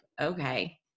okay